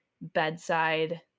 bedside